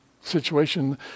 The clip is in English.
situation